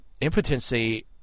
Impotency